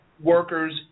workers